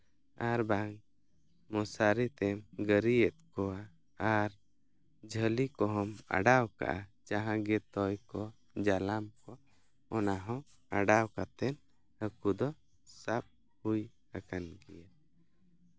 ᱟᱨᱵᱟᱝ ᱢᱚᱥᱟᱨᱤ ᱛᱮᱢ ᱜᱟᱹᱨᱤᱭᱮᱫ ᱠᱚᱣᱟ ᱟᱨ ᱡᱷᱟᱹᱞᱤ ᱠᱚᱦᱚᱸᱢ ᱟᱰᱟᱣ ᱟᱠᱟᱜᱼᱟ ᱡᱟᱦᱟᱸᱜᱮ ᱛᱚᱭ ᱠᱚ ᱡᱟᱞᱟᱢ ᱠᱚ ᱚᱱᱟ ᱦᱚᱸ ᱟᱰᱟᱣ ᱠᱟᱛᱮ ᱦᱟᱹᱠᱩ ᱫᱚ ᱥᱟᱵᱽ ᱦᱩᱭ ᱟᱠᱟᱱ ᱜᱮᱭᱟ